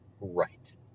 right